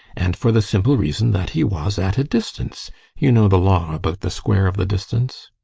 and for the simple reason that he was at a distance you know the law about the square of the distance?